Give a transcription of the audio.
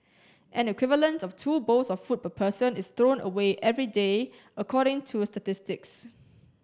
an equivalent of two bowls of food person is thrown away every day according to statistics